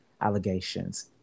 allegations